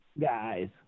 guys